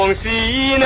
um c